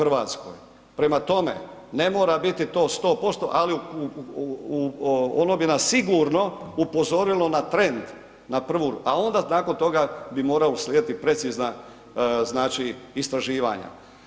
Prema tome, ne mora biti to 100%, ali ono bi nas sigurno upozorilo na trend na prvu, a onda nakon toga bi morala uslijediti precizna, znači istraživanja.